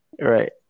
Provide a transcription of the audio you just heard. Right